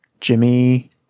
Jimmy